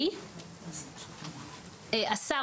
השר,